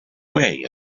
way